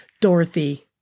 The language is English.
Dorothy